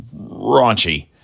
raunchy